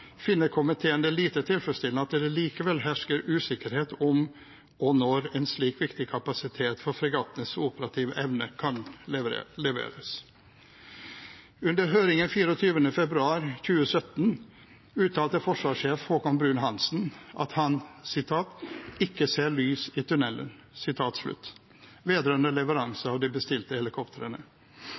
finner komiteen det lite tilfredsstillende at det likevel hersker usikkerhet om og når en slik viktig kapasitet for fregattenes operative evne kan leveres. Under høringen 24. februar 2017 uttalte forsvarssjef Haakon Bruun-Hanssen at han ikke ser «noe lys» i tunnelen vedrørende leveranse av de bestilte helikoptrene.